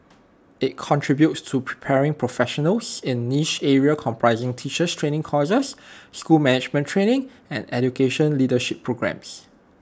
IT contributes to preparing professionals in niche areas comprising teacher training courses school management training and education leadership programmes